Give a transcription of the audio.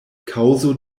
kaŭzo